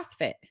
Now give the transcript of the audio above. CrossFit